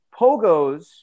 pogos